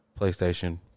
playstation